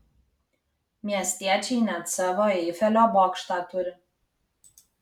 miestiečiai net savo eifelio bokštą turi